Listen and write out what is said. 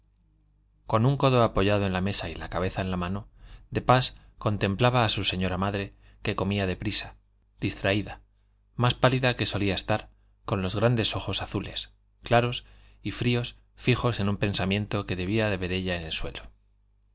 con un codo apoyado en la mesa y la cabeza en la mano de pas contemplaba a su señora madre que comía de prisa distraída más pálida que solía estar con los grandes ojos azules claros y fríos fijos en un pensamiento que debía de ver ella en el suelo